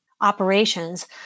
operations